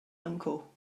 uncle